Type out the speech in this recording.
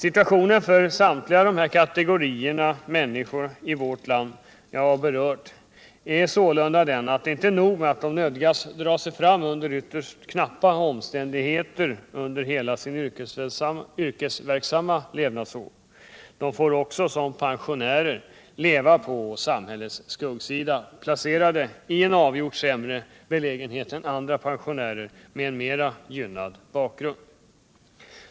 Inte nog med att samtliga dessa kategorier människor i vårt land nödgas dra sig fram under ytterst knappa omständigheter under hela sitt yrkesverksamma liv — de får också som pensionärer leva på samhällets skuggsida, placerade i en avgjort sämre belägenhet än andra pensionärer med en gynnsammare bakgrund.